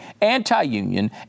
anti-union